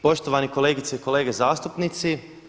Poštovane kolegice i kolege zastupnici.